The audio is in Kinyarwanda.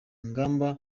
ngamba